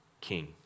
king